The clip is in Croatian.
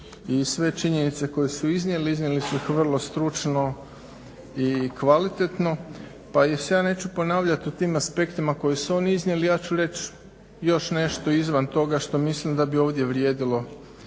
i sve činjenice koje su iznijeli, iznijeli su ih vrlo stručno i kvalitetno pa se ja neću ponavljati u tim aspektima koje su oni iznijeli. Ja ću reći još nešto izvan toga što mislim da bi ovdje vrijedilo